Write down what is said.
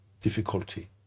difficulty